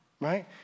right